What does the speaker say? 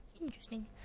interesting